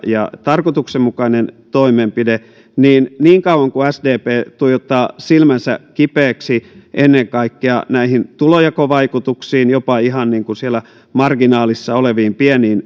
ja tarkoituksenmukainen toimenpide niin niin kauan kuin sdp tuijottaa silmänsä kipeäksi ennen kaikkea näihin tulojakovaikutuksiin jopa ihan siellä marginaalissa oleviin